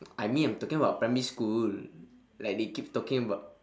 I mean I'm talking about primary school like they keep talking about